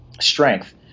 strength